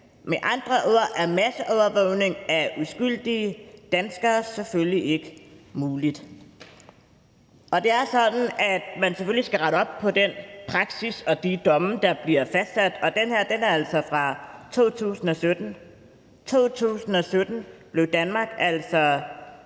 Med andre ord er masseovervågning af uskyldige danskere selvfølgelig ikke muligt. Det er sådan, at man selvfølgelig skal rette op på den praksis og de domme, der bliver afsagt, og den her er altså fra 2017. I 2017 blev Danmark altså